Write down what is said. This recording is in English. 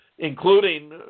including